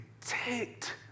ticked